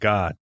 God